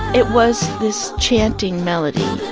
it was this chanting melody